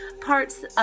parts